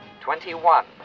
twenty-one